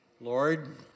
Lord